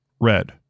Red